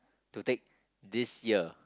to take this year